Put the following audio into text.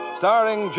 starring